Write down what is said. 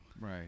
Right